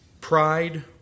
pride